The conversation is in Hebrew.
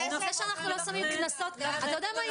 זה שאנחנו לא שמים קנסות --- אתה יודע מה,